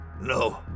No